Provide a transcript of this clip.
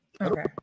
Okay